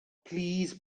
plis